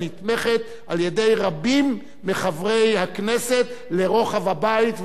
הנתמכת על-ידי רבים מחברי הכנסת לרוחב הבית,